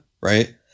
Right